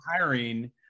hiring